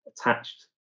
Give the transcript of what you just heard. attached